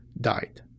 died